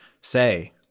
say